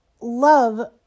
love